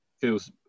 feels